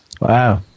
Wow